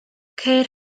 ceir